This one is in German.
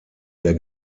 der